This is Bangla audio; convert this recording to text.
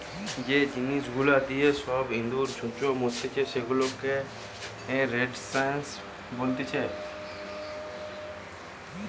যে জিনিস গুলা দিয়ে সব ইঁদুর, ছুঁচো মারতিছে সেগুলাকে রোডেন্টসাইড বলতিছে